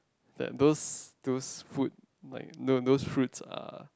that those those fruit like those those fruit are